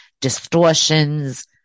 distortions